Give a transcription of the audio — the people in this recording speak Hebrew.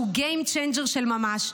שהוא game changer של ממש,